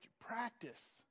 practice